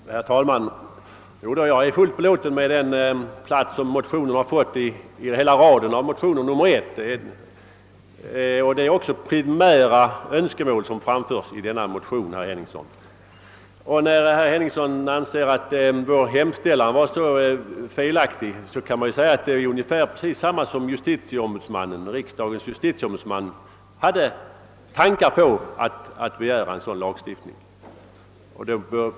Herr talman! Jag är fullt belåten med den plats som vår motion fått, såsom nr 1 i hela raden av motioner, men det är också primära önskemål som framförs i denna motion, herr Henningsson. Mot herr Henningssons uppfattning att vår hemställan skulle vara felaktig kan man invända, att den går i ungefär samma riktning som vad riksdagens justitieombudsman tänkt sig. Denne har nämligen övervägt att begära en sådan lagstiftning som vi föreslår.